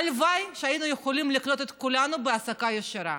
הלוואי שהיינו יכולים לקלוט את כולנו בהעסקה ישירה.